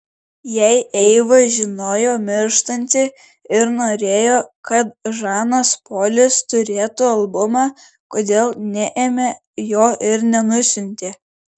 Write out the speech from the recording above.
jei eiva žinojo mirštanti ir norėjo kad žanas polis turėtų albumą kodėl neėmė jo ir nenusiuntė